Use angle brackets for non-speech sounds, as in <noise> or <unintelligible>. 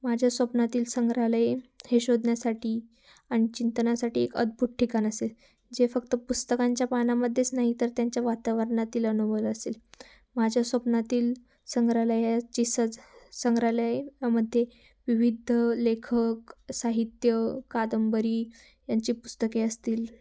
माझ्या स्वप्नातील संग्रहालय हे शोधण्यासाठी आणि चिंतनासाठी एक अद्भुत ठिकाण असेल जे फक्त पुस्तकांच्या पानामध्येच नाही तर त्यांच्या वातावरणातील <unintelligible> असेल माझ्या स्वप्नातील संग्रहालयाची सज संग्रहालय मध्ये विविध लेखक साहित्य कादंबरी यांची पुस्तके असतील